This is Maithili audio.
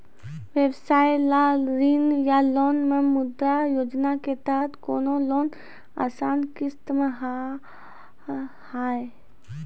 व्यवसाय ला ऋण या लोन मे मुद्रा योजना के तहत कोनो लोन आसान किस्त मे हाव हाय?